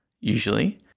usually